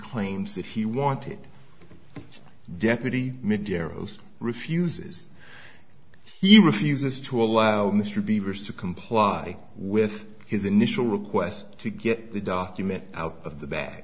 claims that he wanted deputy midair ost refuses he refuses to allow mr beaver's to comply with his initial request to get the document out of the back